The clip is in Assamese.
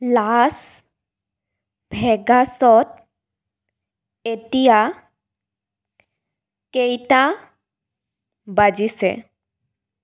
লাছ ভেগাছত এতিয়া কেইটা বাজিছে